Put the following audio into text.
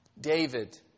David